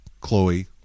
chloe